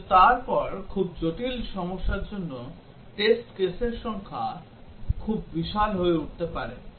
কিন্তু তারপর খুব জটিল সমস্যার জন্য টেস্ট কেসের সংখ্যা খুব বিশাল হয়ে উঠতে পারে